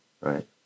right